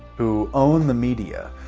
who own the media,